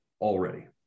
already